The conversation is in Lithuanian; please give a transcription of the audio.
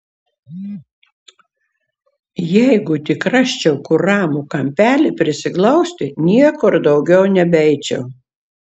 jeigu tik rasčiau kur ramų kampelį prisiglausti niekur daugiau nebeeičiau